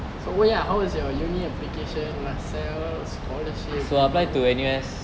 so oh ya how is your uni application L_A_S_A_L_L_E scholarship